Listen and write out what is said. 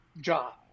job